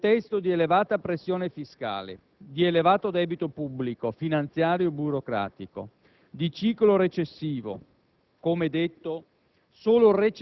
in un contesto di elevata pressione fiscale, di elevato debito pubblico, finanziario e burocratico, di ciclo recessivo, come detto,